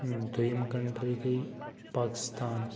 دٔیِم کنٛٹرٛی گٔے پاکِستان